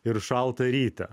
ir šaltą rytą